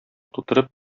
тутырып